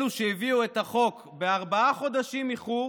אלו שהביאו את החוק בארבעה חודשים איחור